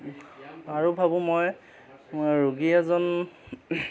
আৰু ভাবোঁ মই ৰোগী এজন